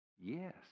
Yes